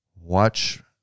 watch